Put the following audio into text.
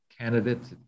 Candidates